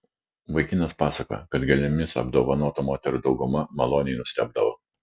vaikinas pasakojo kad gėlėmis apdovanotų moterų dauguma maloniai nustebdavo